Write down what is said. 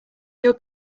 your